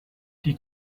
die